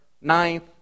ninth